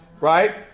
right